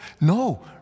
No